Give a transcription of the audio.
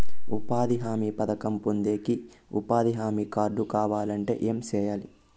ఉపాధి హామీ పథకం పొందేకి ఉపాధి హామీ కార్డు కావాలంటే ఏమి సెయ్యాలి?